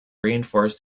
reinforce